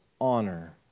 honor